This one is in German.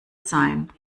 sein